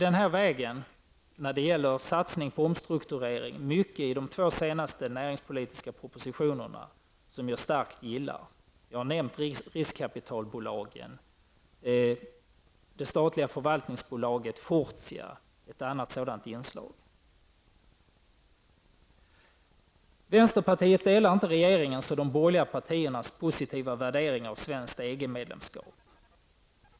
När det gäller satsningen på omstrukturering finns det mycket i de två senaste näringspolitiska propositionerna som jag starkt gillar; jag har nämnt riskkapitalbolagen. Det statliga förvaltniningsbolaget Fortia är ett annat sådant inslag. Vänsterpartiet delar inte regeringens och de borgerliga partiernas positiva värdering av ett svenskt EG-medlemskap.